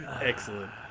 Excellent